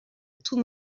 tout